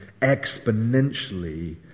exponentially